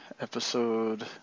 episode